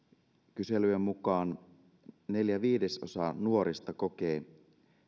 kyselyjen mukaan neljä viidesosaa nuorista kokee